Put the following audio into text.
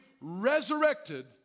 resurrected